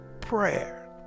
prayer